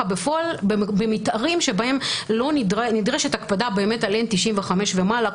במתארים שבהם לא נדרשת הקפדה על N95 ומעלה,